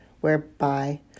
whereby